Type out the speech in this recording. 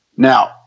Now